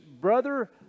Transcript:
brother